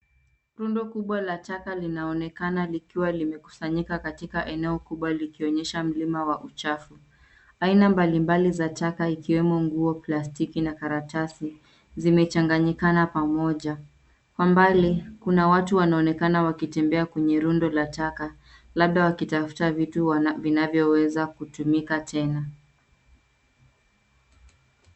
Rundo kubwa la taka linaonekana likiwa limekusanyika katika eneo kubwa likionyesha mlima wa uchafu. Aina mbalimbali za taka ikiwemo nguo ,plastiki na karatasi zimechanganyikana pamoja. Kwa mbali kuna watu wanaonekana wakitembea kwenye rundo la taka, labda wakitafuta vitu vinavyoweza kutumika tena.